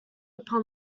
upon